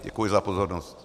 Děkuji za pozornost.